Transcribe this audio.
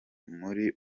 muri